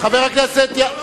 חבר הכנסת כצל'ה,